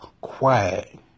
quiet